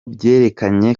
byerekanye